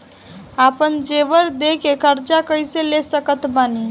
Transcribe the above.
आपन जेवर दे के कर्जा कइसे ले सकत बानी?